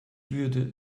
würde